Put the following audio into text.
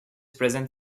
present